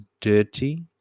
dirty